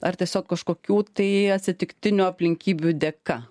ar tiesiog kažkokių tai atsitiktinių aplinkybių dėka